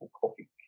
Coffee